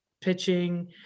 pitching